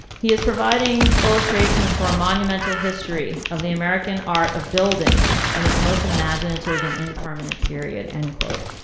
he is providing illustrations for a monumental history of the american art of building in its most imaginative and impermanent period, end quote.